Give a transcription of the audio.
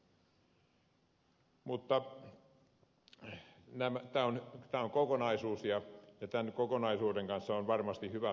mutta tämä on kokonaisuus ja tämän kokonaisuuden kanssa on varmasti hyvä tulevaisuudessa elää